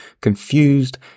confused